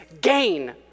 gain